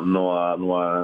nuo nuo